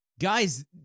guys